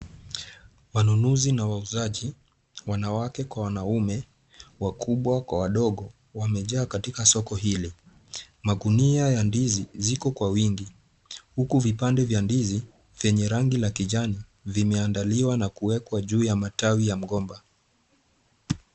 Wanunuzi na wauzaji, wanawake kwa wanaume, wakubwa kwa wadogo, wamejaa katika soko hili. Magunia ya ndizi yako kwa wingi, huku vipande vya ndizi, vyenye rangi la kijani vimeandaliwa na kuwekwa juu ya matawi ya mgomba.